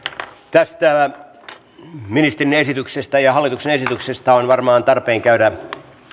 tästä ministerin esityksestä ja hallituksen esityksestä on varmaan tarpeen käydä